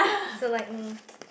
so like mm